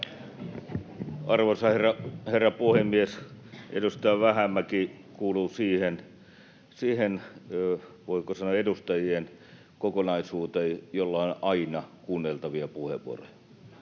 Arvoisa herra puhemies! Edustaja Vähämäki kuuluu siihen, voiko sanoa, edustajien kokonaisuuteen, jolla on aina kuunneltavia puheenvuoroja.